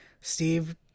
Steve